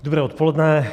Dobré odpoledne.